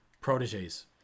proteges